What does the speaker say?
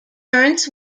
turns